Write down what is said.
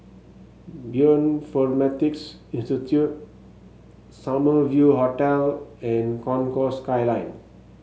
Bioinformatics Institute Summer View Hotel and Concourse Skyline